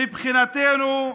מבחינתנו,